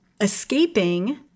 Escaping